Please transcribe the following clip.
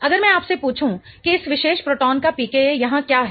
अगर मैं आपसे पूछूं कि इस विशेष प्रोटॉन का pKa यहाँ क्या है